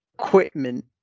equipment